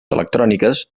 electròniques